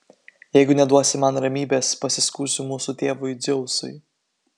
jeigu neduosi man ramybės pasiskųsiu mūsų tėvui dzeusui